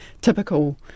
typical